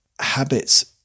habits